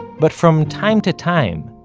but from time to time,